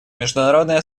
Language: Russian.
международное